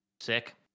Sick